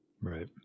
right